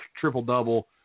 triple-double